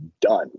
done